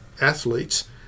athletes